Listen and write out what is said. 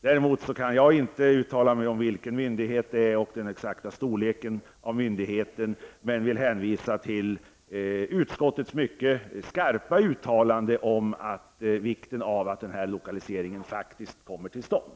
Däremot kan jag inte uttala mig om vilken myndighet det är eller om den exakta storleken på myndigheten. I det avseendet vill jag hänvisa till utskottets mycket skarpa uttalande om vikten av att den här lokaliseringen faktiskt kommer till stånd.